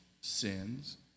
sins